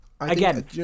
again